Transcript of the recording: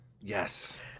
Yes